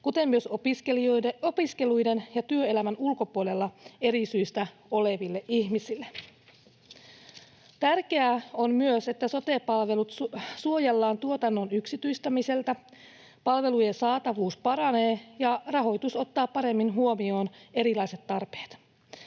kuten myös opiskeluiden ja työelämän ulkopuolella eri syistä oleville ihmisille. Tärkeää on myös, että sote-palvelut suojellaan tuotannon yksityistämiseltä, palvelujen saatavuus paranee ja rahoitus ottaa paremmin huomioon erilaiset tarpeet.